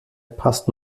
passt